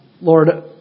Lord